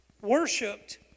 worshipped